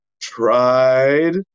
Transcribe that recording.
tried